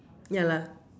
ya lah